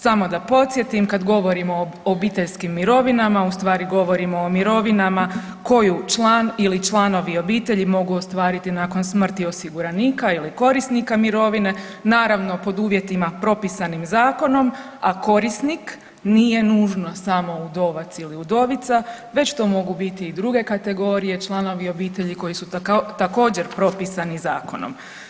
Samo da podsjetim kad govorimo o obiteljskim mirovinama u stvari govorimo o mirovinama koju član ili članovi obitelji mogu ostvariti nakon smrti osiguranika ili korisnika mirovine naravno pod uvjetima propisanim zakonom, a korisnik nije nužno samo udovac ili udovica već to mogu biti i druge kategorije, članovi obitelji koji su također propisani zakonom.